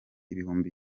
ibihumbi